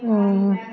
हं हं